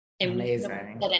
Amazing